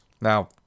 Now